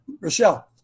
Rochelle